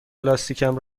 لاستیکم